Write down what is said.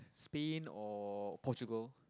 Spain or Portugal